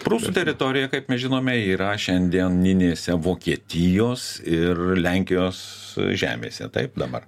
prūsų teritorija kaip mes žinome yra šiandieninėse vokietijos ir lenkijos žemėse taip dabar